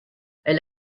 elle